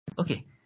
Okay